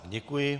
Děkuji.